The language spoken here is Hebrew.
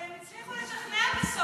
אבל הם הצליחו לשכנע בסוף,